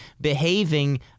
behaving